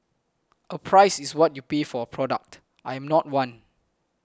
a price is what you pay for a product I am not one